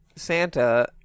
Santa